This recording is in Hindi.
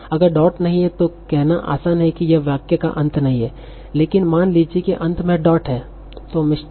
अगर डॉट नहीं है तो कहना आसान है कि यह वाक्य का अंत नहीं है लेकिन मान लीजिए कि अंत में डॉट है